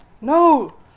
No